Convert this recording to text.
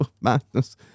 madness